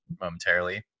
momentarily